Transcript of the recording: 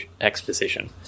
exposition